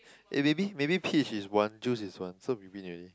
eh maybe maybe peach is one juice is one so we win already